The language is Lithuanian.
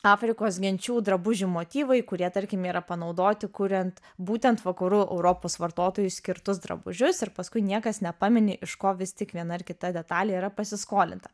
afrikos genčių drabužių motyvai kurie tarkim yra panaudoti kuriant būtent vakarų europos vartotojui skirtus drabužius ir paskui niekas nepamini iš ko vis tik viena ar kita detalė yra pasiskolinta